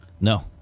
No